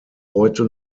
heute